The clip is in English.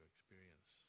experience